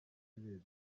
ibihe